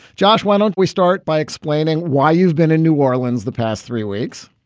josh, why don't we start by explaining why you've been in new orleans the past three weeks?